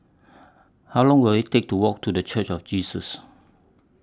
How Long Will IT Take to Walk to The Church of Jesus